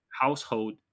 household